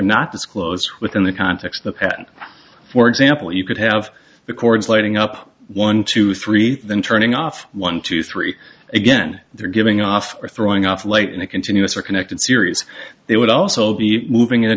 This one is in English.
disclosed within the context of that for example you could have the chords lighting up one to three then turning off one two three again they're giving off or throwing off light in a continuous or connected series they would also be moving in a